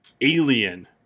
Alien